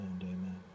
Amen